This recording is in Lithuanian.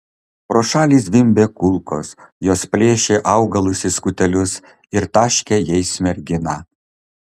pro šalį zvimbė kulkos jos plėšė augalus į skutelius ir taškė jais merginą